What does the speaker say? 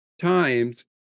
times